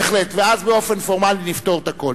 ואז באופן פורמלי נפתור הכול.